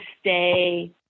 stay